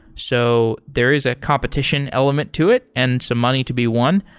so there is a competition element to it and some money to be won,